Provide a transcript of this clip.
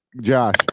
Josh